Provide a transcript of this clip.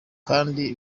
kandi